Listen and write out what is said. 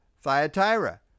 Thyatira